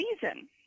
season